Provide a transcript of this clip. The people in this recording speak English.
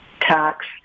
tax